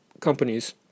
companies